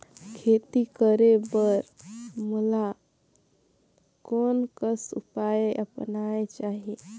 खेती करे बर मोला कोन कस उपाय अपनाये चाही?